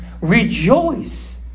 Rejoice